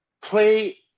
play